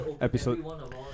episode